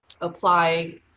apply